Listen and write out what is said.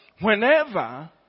whenever